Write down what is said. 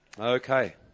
okay